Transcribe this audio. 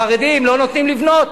והחרדים לא נותנים לבנות.